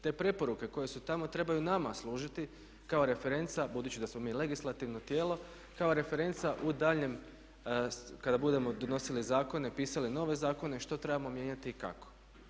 Te preporuke koje su tamo trebaju nama služiti kao referenca, budući da smo mi legislativno tijelo, kao referenca u daljnjem, kada budemo donosili zakone, pisali nove zakone i što trebamo mijenjati i kako.